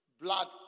Blood